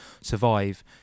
survive